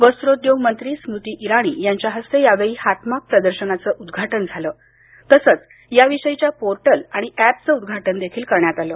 वस्रोद्योग मंत्री स्मृती इराणी यांच्या हस्ते यावेळी हातमाग प्रदर्शनाचं उद्घाटन आणि याविषयीच्या पोर्टल आणि अॅपचं उद्घाटन करण्यात आलं